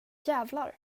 jävlar